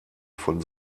von